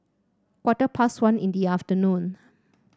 quarter past one in the afternoon